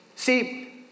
See